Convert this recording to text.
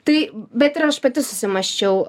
tai bet ir aš pati susimąsčiau